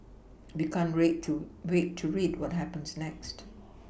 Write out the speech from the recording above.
we can't wait to red to read what happens next